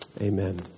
Amen